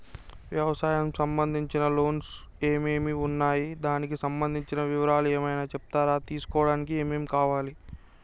వ్యవసాయం సంబంధించిన లోన్స్ ఏమేమి ఉన్నాయి దానికి సంబంధించిన వివరాలు ఏమైనా చెప్తారా తీసుకోవడానికి ఏమేం కావాలి?